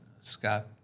Scott